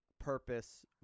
Purpose